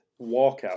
walkout